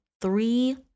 three